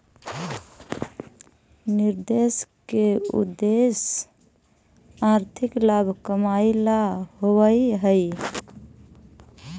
निवेश के उद्देश्य आर्थिक लाभ कमाएला होवऽ हई